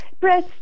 press